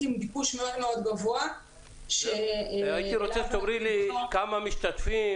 עם ביקוש מאוד מאוד גבוה -- הייתי רוצה שתאמרי לי כמה משתתפים,